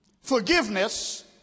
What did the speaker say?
Forgiveness